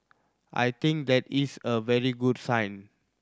I think that is a very good sign